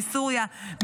מסוריה,